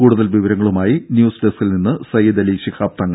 കൂടുതൽ വിവരങ്ങളുമായി ന്യൂസ് ഡസ്കിൽ നിന്ന് സയ്യിദ് അലി ശിഹാബ് തങ്ങൾ